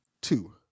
two